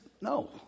no